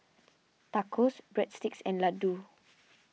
Tacos Breadsticks and Ladoo